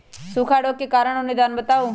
सूखा रोग के कारण और निदान बताऊ?